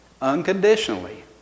unconditionally